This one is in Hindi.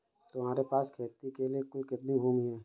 तुम्हारे पास खेती के लिए कुल कितनी भूमि है?